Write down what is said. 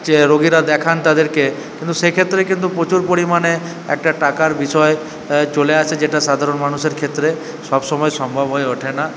যে রুগীরা দেখান তাদেরকে কিন্তু সেক্ষেত্রে কিন্তু প্রচুর পরিমাণে একটা টাকার বিষয় চলে আসে যেটা সাধারণ মানুষের ক্ষেত্রে সবসময় সম্ভব হয়ে ওঠে না